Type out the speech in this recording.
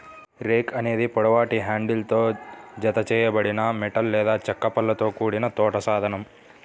rake అనేది పొడవాటి హ్యాండిల్తో జతచేయబడిన మెటల్ లేదా చెక్క పళ్ళతో కూడిన తోట సాధనం